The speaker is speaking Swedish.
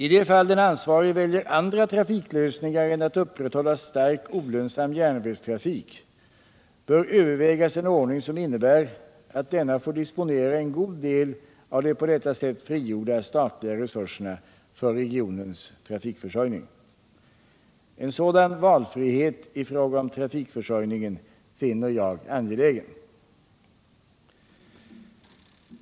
I de fall den ansvarige väljer andra trafiklösningar än att upprätthålla starkt olönsam järnvägstrafik bör övervägas en ordning som innebär att denna får disponera en god del av de på detta sätt frigjorda statliga resurserna för regionens trafikförsörjning. En sådan valfrihet i fråga om trafikförsörjningen finner jag angelägen.